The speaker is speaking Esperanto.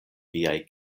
viaj